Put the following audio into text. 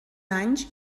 anys